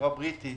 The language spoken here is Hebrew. חברה בריטית